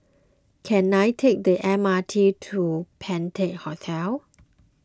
can I take the M R T to Penta Hotel